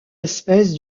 espèce